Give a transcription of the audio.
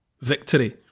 victory